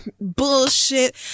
bullshit